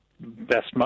best